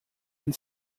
and